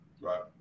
Right